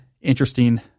interesting